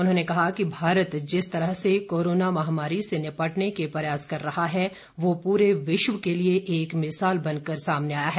उन्होंने कहा कि भारत जिस तरह से कोरोना महामारी से निपटने के प्रयास कर रहा है वो पूरे विश्व के लिए एक मिसाल बनकर सामने आया है